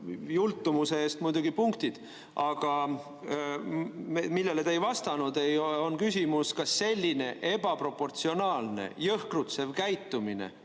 Jultumuse eest muidugi punktid. Aga millele te ei vastanud, on küsimus, kas selline ebaproportsionaalne jõhkrutsev käitumine